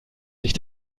sich